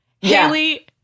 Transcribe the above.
Haley